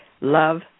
love